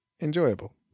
enjoyable